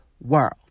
world